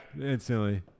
instantly